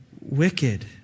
wicked